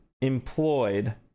employed